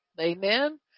Amen